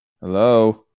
Hello